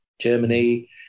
germany